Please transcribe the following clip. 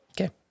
Okay